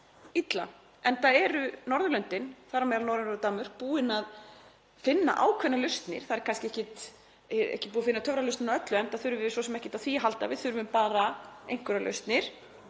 illa. Enda eru Norðurlöndin, þar á meðal Noregur og Danmörk, búin að finna ákveðnar lausnir. Það er kannski ekki búið að finna töfralausn á öllu, enda þurfum við svo sem ekkert á því að halda, við þurfum bara einhverjar lausnir.